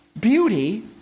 beauty